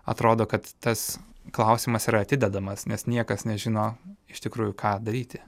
atrodo kad tas klausimas yra atidedamas nes niekas nežino iš tikrųjų ką daryti